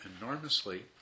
enormously